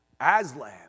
Aslan